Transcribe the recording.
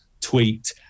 tweet